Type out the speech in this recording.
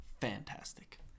Fantastic